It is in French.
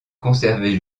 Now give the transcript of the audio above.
conserver